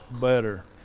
better